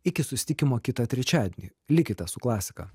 iki susitikimo kitą trečiadienį likite su klasika